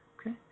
Okay